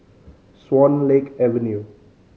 Swan Lake Avenue